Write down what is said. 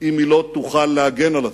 אם היא לא תוכל להגן על עצמה.